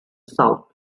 south